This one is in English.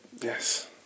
Yes